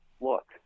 look